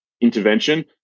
intervention